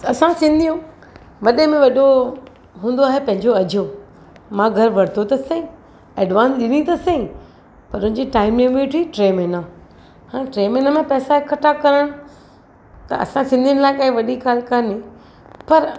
असां सिंधियूं वॾे में वॾो हूंदो आहे पंहिंजो अझो मां घरु वरितो त सही एडवांस ॾिनी त सही पर उनजी टाइम लिमिट हुई टे महीना हाणि टे महीने में पैसा हिकठा करणु त असां सिंधियुनि लाइ काई वॾी ॻाल्हि कान्हे पर